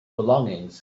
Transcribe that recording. belongings